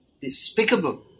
despicable